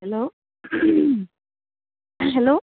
hello hello